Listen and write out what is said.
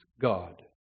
God